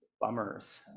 Bummers